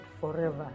forever